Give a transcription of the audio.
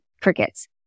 crickets